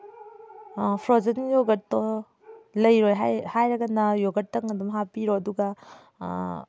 frozen ꯌꯣꯒꯔꯠꯇꯣ ꯂꯩꯔꯣꯏ ꯍꯥꯏꯔꯒꯅ ꯌꯣꯒꯔꯠꯇꯪ ꯑꯗꯨꯃ ꯍꯥꯞꯄꯤꯔꯣ ꯑꯗꯨꯒ